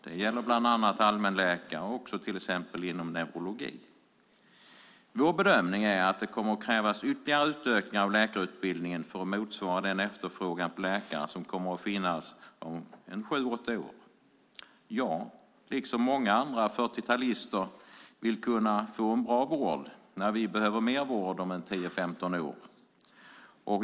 Det gäller bland annat allmänläkare och läkare inom neurologi. Det är vår bedömning att det kommer att krävas ytterligare utökningar av läkarutbildningen för att motsvara den efterfrågan på läkare som kommer att finnas om sju åtta år. Jag, liksom många andra fyrtiotalister, vill få en bra vård när vi behöver mer vård om 10-15 år.